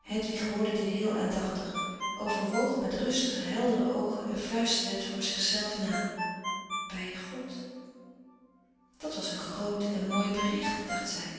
hedwig hoorde dit heel aandachtig overwoog met rustige heldere oogen en fluisterde het voor zichzelf na bij god dat was een groot en mooi bericht dacht zij